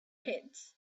pits